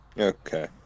Okay